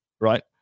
right